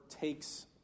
takes